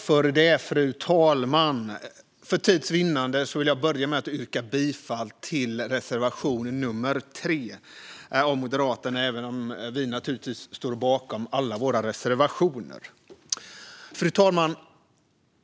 Fru talman! Vi står naturligtvis bakom alla våra reservationer, men för tids vinnande yrkar jag bifall bara till reservation nummer 3 av Moderaterna. Fru talman!